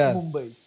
Mumbai